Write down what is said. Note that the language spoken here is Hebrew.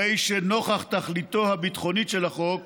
הרי שנוכח תכליתו הביטחונית של החוק,